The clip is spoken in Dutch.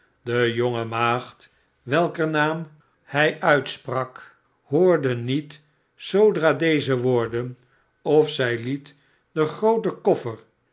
de jonge maagd welker naam hij uitsprak hoorde niet zoodra deze woorden of zij liet den grooten koffer